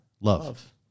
Love